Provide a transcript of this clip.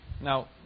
Now